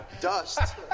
dust